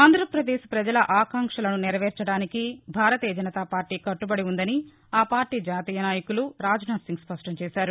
ఆంధ్రాపదేశ్ ప్రజల ఆకాంక్షలను నెరవేర్చడానికి భారతీయ జనతాపార్టీ కట్టుబడి వుందని ఆ పార్టీ జాతీయ నాయకులు రాజ్నాథ్సింగ్ స్పష్టంచేశారు